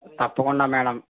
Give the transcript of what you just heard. తప్పకుండా మేడం